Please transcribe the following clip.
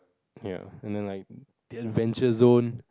ya and then like the adventure zone